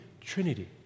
trinity